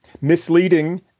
misleading